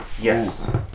yes